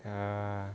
err